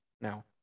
now